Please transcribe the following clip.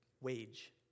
wage